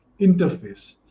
interface